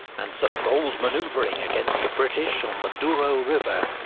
and some bold manoeuvring against the british on the douro river,